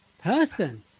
person